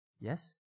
Yes